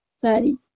Sorry